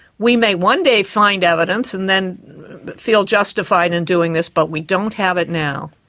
we may one day find evidence, and then feel justified in doing this, but we don't have it now.